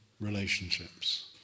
relationships